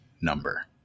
number